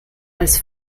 als